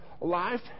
Life